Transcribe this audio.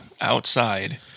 outside